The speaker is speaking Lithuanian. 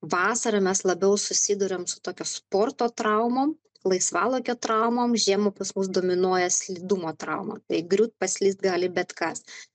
vasarą mes labiau susiduriam su tokio sporto traumom laisvalaikio traumom žiemą pas mus dominuoja slidumo trauma tai griūt paslyst gali bet kas